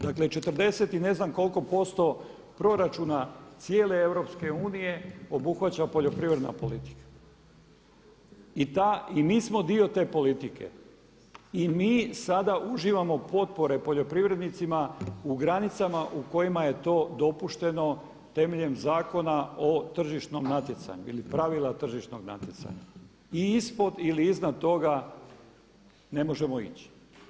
Dakle, 40 i ne znam koliko posto proračuna cijele Europske unije obuhvaća poljoprivredna politika i mi smo dio te politike i mi sada uživamo potpore poljoprivrednicima u granicama u kojima je to dopušteno temeljem Zakona o tržišnom natjecanju ili pravila tržišnog natjecanja i ispod ili iznad toga ne možemo ići.